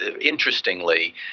Interestingly